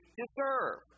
deserve